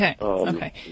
Okay